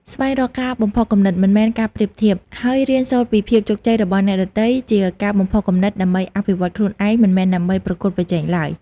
ស្វែងរកការបំផុសគំនិត មិនមែនការប្រៀបធៀប ហើយរៀនសូត្រពីភាពជោគជ័យរបស់អ្នកដទៃជាការបំផុសគំនិតដើម្បីអភិវឌ្ឍខ្លួនឯង មិនមែនដើម្បីប្រកួតប្រជែងឡើយ។